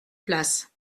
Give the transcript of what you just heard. place